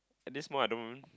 this small I don't